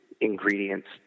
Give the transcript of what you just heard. ingredients